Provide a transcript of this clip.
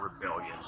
rebellion